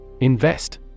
Invest